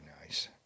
nice